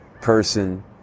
person